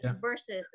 versus